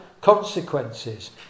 consequences